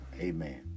Amen